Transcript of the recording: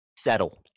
Settle